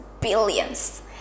billions